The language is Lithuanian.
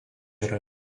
yra